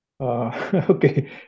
Okay